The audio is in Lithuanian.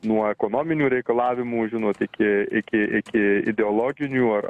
nuo ekonominių reikalavimų žinot iki iki iki ideologinių ar